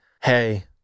hey